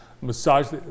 massage